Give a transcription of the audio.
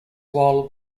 while